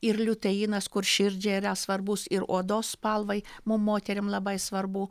ir liuteinas kur širdžiai yra svarbus ir odos spalvai mum moterim labai svarbu